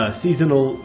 seasonal